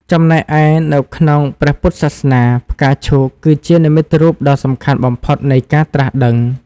ចំណែកឯ នៅក្នុងព្រះពុទ្ធសាសនា ផ្កាឈូកគឺជា និមិត្តរូបដ៏សំខាន់បំផុតនៃការត្រាស់ដឹង។